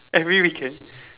every weekend